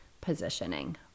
positioning